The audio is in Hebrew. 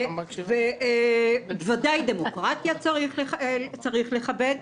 ודאי שדמוקרטיה צריך לכבד,